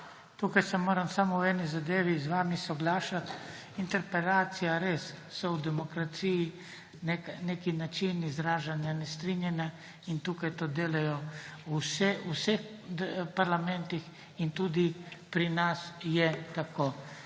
Tukaj moram samo v eni zadevi z vami soglašati. Interpelacija je res v demokraciji način izražanja nestrinjanja in to delajo v vseh parlamentih in tudi pri nas je tako.